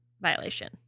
violation